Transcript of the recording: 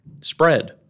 spread